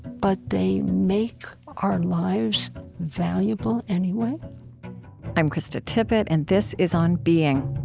but they make our lives valuable anyway i'm krista tippett and this is on being.